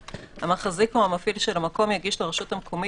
11:44) (1) המחזיק או המפעיל של המקום יגיש לרשות המקומית,